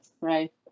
right